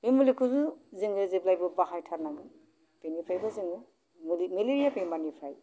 बे मुलिखौ जोङो जेब्लायबो बाहायथारनांगौ बेनिफ्रायबो जोङो मुलि मेलेरिया बेमारनिफ्राय